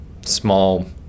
small